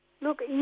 Look